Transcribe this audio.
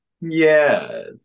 yes